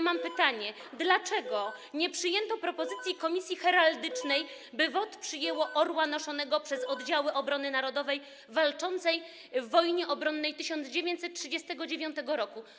Mam pytanie: Dlaczego nie przyjęto propozycji Komisji Heraldycznej, by WOT przyjęły znak orła noszonego przez oddziały Obrony Narodowej walczące w wojnie obronnej 1939 r.